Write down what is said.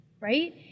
Right